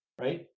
right